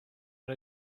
but